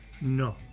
no